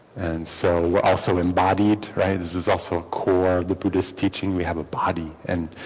and so we're also embodied right this is also called the buddhist teaching we have a body and